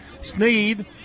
Sneed